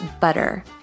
butter